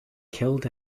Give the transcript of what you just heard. killed